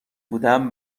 بودم